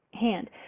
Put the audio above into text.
hand